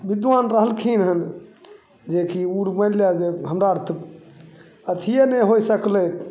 विद्वान रहलखिन हँ जेकि उड़बै ले हमरा आओर तऽ अथिए नहि होइ सकलै